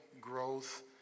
growth